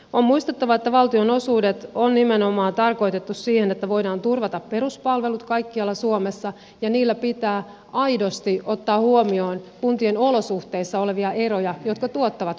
on muistettava että valtionosuudet on nimenomaan tarkoitettu siihen että voidaan turvata peruspalvelut kaikkialla suomessa ja niissä pitää aidosti ottaa huomioon kuntien olosuhteissa olevia eroja jotka tuottavat kustannuksia